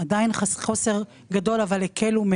אבל עדיין יש חוסר מאוד גדול שנדרשים